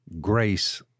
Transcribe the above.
grace